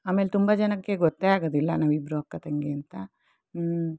ಆಮೇಲೆ ತುಂಬ ಜನಕ್ಕೆ ಗೊತ್ತೇ ಆಗೋದಿಲ್ಲ ನಾವಿಬ್ರು ಅಕ್ಕ ತಂಗಿ ಅಂತ